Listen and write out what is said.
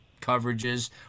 coverages